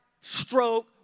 stroke